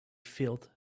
filled